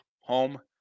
home